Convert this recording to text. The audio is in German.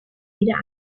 wieder